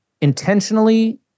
Intentionally